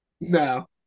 No